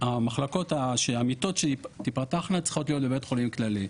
המיטות שתפתחנה צריכות להיות בבית החולים הכללי.